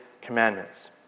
commandments